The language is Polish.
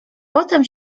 potem